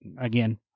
again